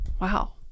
Wow